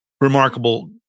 remarkable